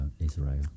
Israel